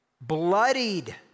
bloodied